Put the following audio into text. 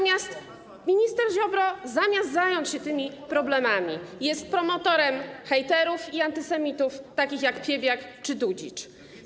Minister Ziobro, zamiast zająć się tymi problemami, został promotorem hejterów i antysemitów takich jak Piebiak czy Dudzicz.